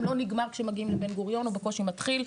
לא נגמר כשהם מגיעים לנמל תעופה בן גוריון; הוא בקושי מתחיל.